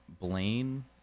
blaine